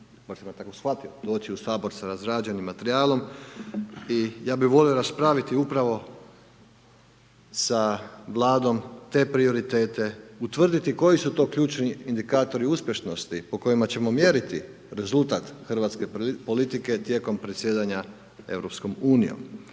sam ga tako shvatio, doći u Sabor sa razrađenim materijalom i ja bi volio raspraviti upravo sa Vladom te prioritete, utvrditi koji su to ključni indikatori uspješnosti po kojima ćemo mjeriti rezultat hrvatske politike tijekom predsjedanja